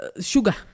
sugar